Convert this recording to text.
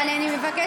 אבל אני מבקשת,